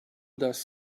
does